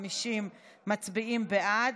50 מצביעים בעד.